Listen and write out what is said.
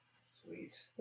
Sweet